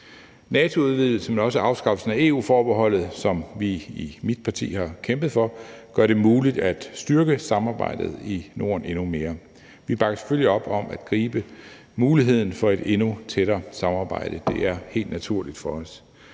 NATO-udvidelsen, men også afskaffelsen af EU-forbeholdet, som vi i mit parti har kæmpet for, gør det muligt at styrke samarbejdet i Norden endnu mere. Vi bakker selvfølgelig op om at gribe muligheden for et endnu tættere samarbejde. Det er helt naturligt for os.